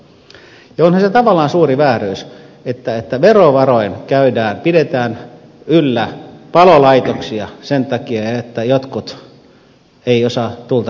ja onhan se tavallaan suuri vääryys että verovaroin pidetään yllä palolaitoksia sen takia että jotkut eivät osaa tulta käsitellä